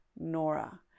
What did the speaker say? Nora